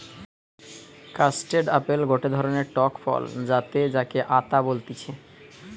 custard apple গটে ধরণের টক ফল যাতে যাকে আতা বলতিছে